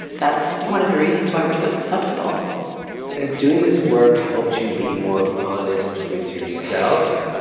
that's one of the reasons why we're so susceptible has doing this work helped you be more honest with yourself.